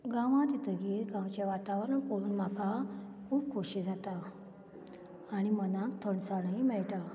गांवांत येतकीर गांवचें वातावरण पळोवन म्हाका खूब खोशी जाता आनी मनाक थंडसाणय मेळटा